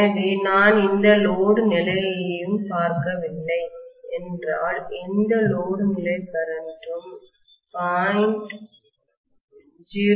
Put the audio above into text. எனவே நான் எந்த லோடு நிலையையும் பார்க்கவில்லை என்றால் எந்த லோடு நிலை கரண்ட் ம் 0